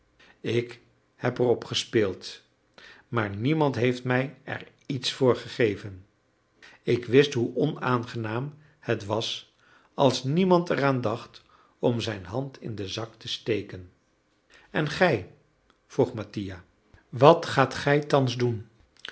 ik heb erop gespeeld maar niemand heeft mij er iets voor gegeven ik wist hoe onaangenaam het was als niemand eraan dacht om zijn hand in den zak te steken en gij vroeg mattia wat gaat gij thans doen